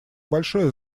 большое